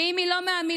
ואם היא לא מהמיליה,